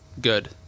Good